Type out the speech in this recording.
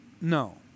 No